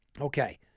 okay